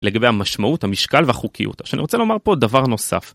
לגבי המשמעות המשקל והחוקיות שאני רוצה לומר פה דבר נוסף